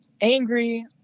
angry